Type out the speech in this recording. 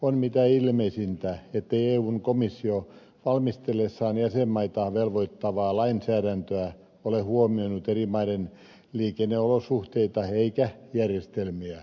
on mitä ilmeisintä ettei eun komissio valmistellessaan jäsenmaitaan velvoittavaa lainsäädäntöä ole huomioinut eri maiden liikenneolosuhteita eikä järjestelmiä